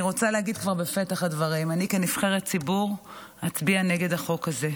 אני רוצה להגיד כבר בפתח הדברים: אני כנבחרת ציבור אצביע נגד החוק הזה.